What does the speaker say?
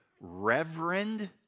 Reverend